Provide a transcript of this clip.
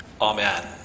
Amen